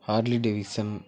Harley Davidson